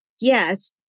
yes